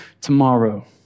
tomorrow